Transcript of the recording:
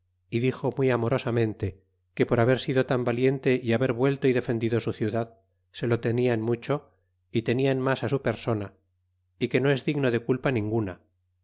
y dixo muy amorosamente que por haber sido tan va tiente y haber vuelto y defendido su ciudad se lo tenia en mucho y tenia en mas su persona y que o es digno de culpa ninguna